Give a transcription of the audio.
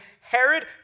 Herod